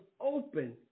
open